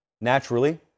Naturally